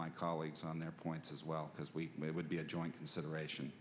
my colleagues on their points as well as we would be a joint consideration